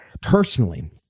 personally